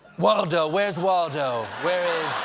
waldo? where's waldo? where